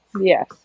Yes